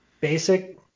basic